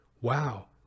Wow